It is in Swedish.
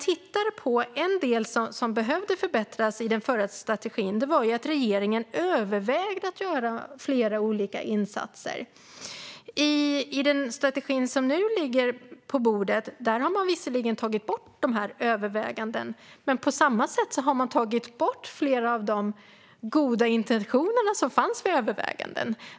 Något som behövde förbättras i den förra strategin var att regeringen övervägde att göra flera olika insatser. I den strategi som nu ligger på bordet har man visserligen tagit bort dessa överväganden, men samtidigt har man tagit bort flera av de goda intentioner som övervägandena gällde.